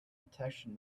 detection